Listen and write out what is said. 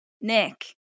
Nick